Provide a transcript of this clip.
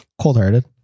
cold-hearted